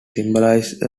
symbolized